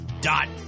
dot